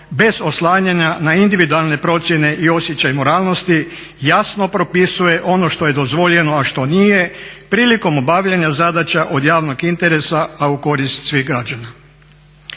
bez oslanjanja na individualne procjene i osjećaj moralnosti jasno propisuje ono što je dozvoljeno a što nije prilikom obavljanja zadaća od javnog interesa, a u korist svih građana.